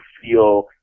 feel